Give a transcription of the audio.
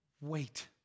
wait